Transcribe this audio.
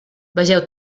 vegeu